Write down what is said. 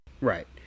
right